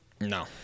no